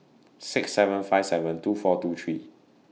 six seven five seven two four two three